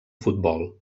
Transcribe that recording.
futbol